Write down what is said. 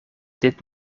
dit